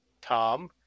Tom